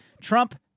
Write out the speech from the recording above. Trump